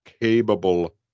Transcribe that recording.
capable